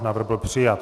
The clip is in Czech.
Návrh byl přijat.